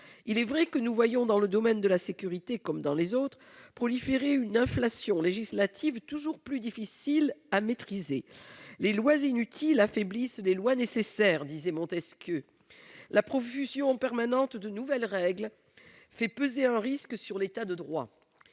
Il est vrai que nous voyons dans le domaine de la sécurité, comme dans les autres, proliférer une inflation législative toujours plus difficile à maîtriser. « Les lois inutiles affaiblissent les lois nécessaires », disait Montesquieu. La profusion permanente de nouvelles règles fait peser un risque sur l'État de droit.